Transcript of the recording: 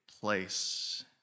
place